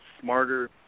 smarter